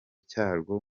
cyarwo